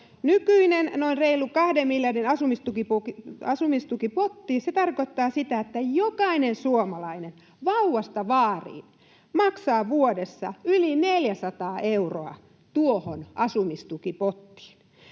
Nykyiseen noin reilun kahden miljardin asumistukipottiin se tarkoittaa sitä, että jokainen suomalainen vauvasta vaariin maksaa vuodessa yli 400 euroa tuohon asumistukipottiin.